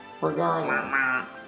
Regardless